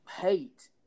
hate